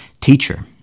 Teacher